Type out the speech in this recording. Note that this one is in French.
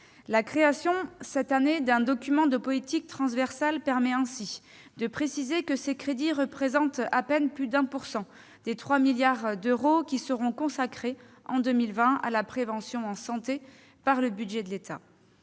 La création, cette année, d'un document de politique transversale permet ainsi de préciser que ces crédits représentent à peine plus de 1 % des presque 3 milliards d'euros qui seront consacrés en 2020 à la prévention sanitaire par le budget de l'État.